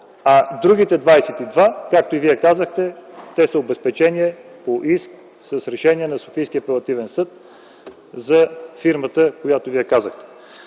а другите 22, както и Вие казахте, са обезпечение по иск с решение на Софийския апелативен съд за фирмата, която споменахте.